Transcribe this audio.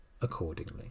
accordingly